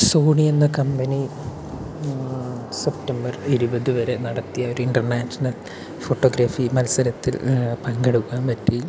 Sony എന്ന കമ്പനി September ഇരുപത് വരെ നടത്തിയ ഒരു ഇൻ്റർനാഷണൽ ഫോട്ടോഗ്രഫി മത്സരത്തിൽ പങ്കെടുക്കുവാൻ പറ്റി